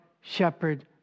shepherd